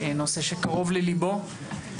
נושא שקרוב לליבו.